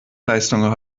leistung